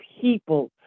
people